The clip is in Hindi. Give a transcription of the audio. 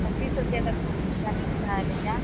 पचीस रुपिया का कहाँ गमला मिलता है भइया